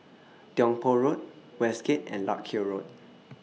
Tiong Poh Road Westgate and Larkhill Road